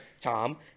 Tom